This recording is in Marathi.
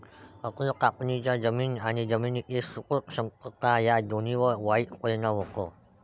अति कापणीचा जमीन आणि जमिनीची सुपीक क्षमता या दोन्हींवर वाईट परिणाम होतो